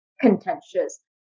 contentious